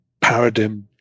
paradigm